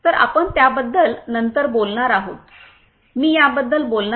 तर आपण त्याबद्दल नंतर बोलणार आहोत मी याबद्दल बोलणार आहे